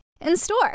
in-store